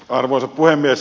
arvoisa puhemies